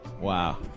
Wow